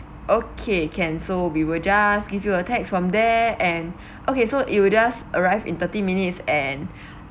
okay can so we will just give you a text from there and okay so it will just arrive in thirty minutes and